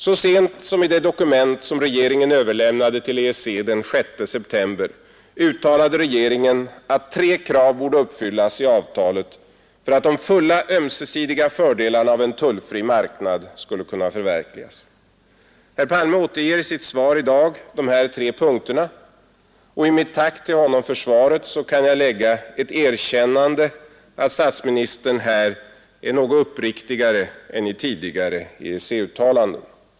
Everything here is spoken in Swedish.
Så sent som i det dokument regeringen överlämnade till EEC den 6 september uttalade regeringen att tre krav borde uppfyllas i avtalet för att de fulla ömsesidiga fördelarna av en tullfri marknad skulle kunna förverkligas. Herr Palme återger i sitt svar i dag dessa tre punkter, och i mitt tack till honom för svaret kan jag lägga ett erkännande: att statsministern här är något uppriktigare än i tidigare EEC-uttalanden.